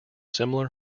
similar